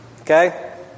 okay